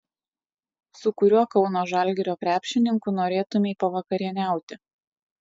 su kuriuo kauno žalgirio krepšininku norėtumei pavakarieniauti